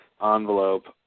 Envelope